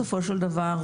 בסופו של דבר,